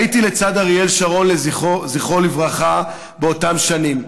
הייתי לצד אריאל שרון, זכרו לברכה, באותן שנים,